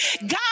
God